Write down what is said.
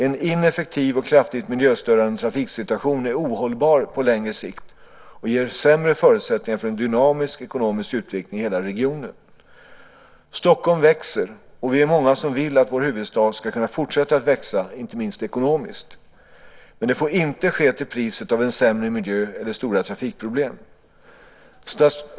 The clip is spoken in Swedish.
En ineffektiv och kraftigt miljöstörande trafiksituation är ohållbar på längre sikt och ger sämre förutsättningar för en dynamisk ekonomisk utveckling i hela regionen. Stockholm växer, och vi är många som vill att vår huvudstad ska kunna fortsätta att växa - inte minst ekonomiskt. Men det får inte ske till priset av en sämre miljö eller stora trafikproblem.